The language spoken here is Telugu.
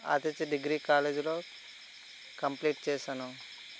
ఆదిత్య డిగ్రీ కాలేజీలో కంప్లీట్ చేశాను